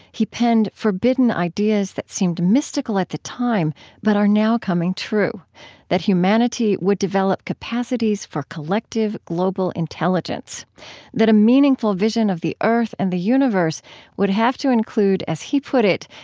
he penned forbidden ideas that seemed mystical at the time but are now coming true that humanity would develop capacities for collective, global intelligence that a meaningful vision of the earth and the universe would have to include, as he put it,